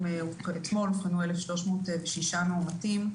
אתמול אובחנו 1,306 מאומתים,